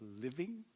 living